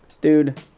dude